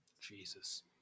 Jesus